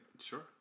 Sure